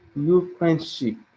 you friendship.